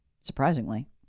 Surprisingly